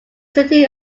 city